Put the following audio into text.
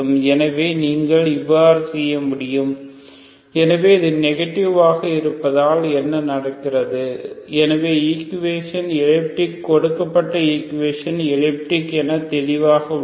எனவே நீங்கள் எவ்வாறு செய்ய முடியும் எனவே இது நெகட்டிவ் ஆக இருப்பதால் என்ன நடக்கிறது எனவே ஈக்குவேஷன் எலிப்டிக் கொடுக்கப்பட்ட ஈக்குவேஷன் எலிப்டிக் என தெளிவாக உள்ளது